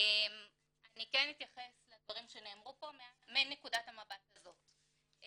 אני כן אתייחס לדברים שנאמרו פה מנקודת המבט הזאת.